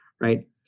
right